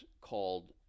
called